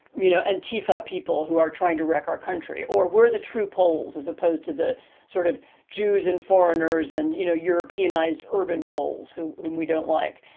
you know antifa people who are trying to wreck our country or we're the true poles, as opposed to the sort of jews and foreigners and you know europeanized urban poles who whom we don't like.